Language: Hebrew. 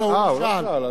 אז זה היה עוד, לא, לא.